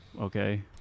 okay